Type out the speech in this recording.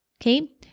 Okay